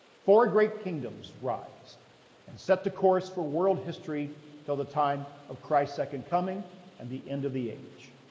four great kingdoms arise and set the course for world history till the time of christ's second coming and the end of the age.